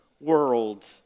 world